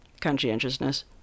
conscientiousness